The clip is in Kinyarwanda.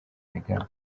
erega